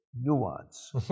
nuance